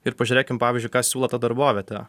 ir pažiūrėkim pavyzdžiui ką siūlo ta darbovietė